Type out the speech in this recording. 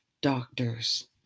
doctors